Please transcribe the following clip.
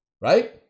Right